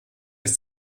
ist